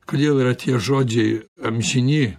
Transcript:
kodėl yra tie žodžiai amžini